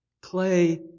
Clay